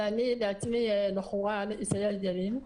ואני בעצמי בחורה על כיסא גלגלים.